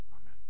Amen